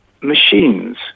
machines